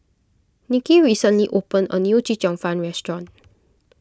Nicky recently opened a new Chee Cheong Fun restaurant